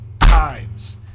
times